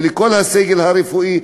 ולכל הסגל הרפואי,